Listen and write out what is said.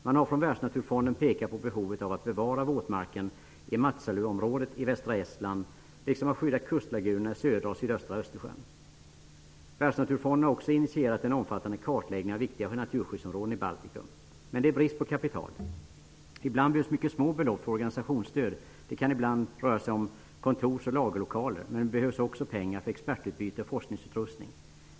Man har från Världsnaturfonden pekat på behovet av att bevara våtmarken i Matsaluområdet i västra Estland, liksom att skydda kustlagunerna i södra och sydöstra Östersjön. Världsnaturfonden har också initierat en omfattande kartläggning av viktiga naturskyddsområden i Baltikum. Men det råder brist på kapital. Ibland behövs mycket små belopp för organisationsstöd. Det kan röra sig om kontors och lagerlokaler, men det behövs också pengar för expertutbyte och forskningsutrustning.